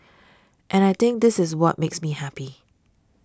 and I think this is what makes me happy